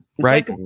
right